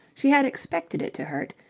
she had expected it to hurt.